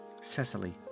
cecily